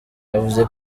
yavuze